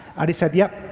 and he said, yep.